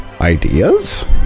ideas